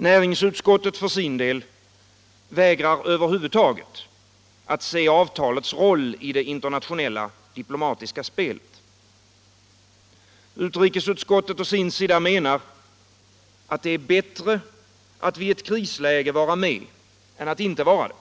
Näringsutskottet för sin del vägrar över huvud taget att se avtalets roll i det internationella diplomatiska spelet. Utrikesutskottet menar att det är bättre att vid ett krisläge vara med än att inte vara det.